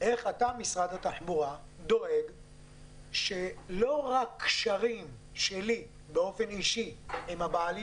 איך אתה משרד התחבורה דואג שלא רק קשרים שלי באופן אישי עם הבעלים